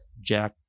Jack